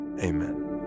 Amen